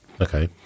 Okay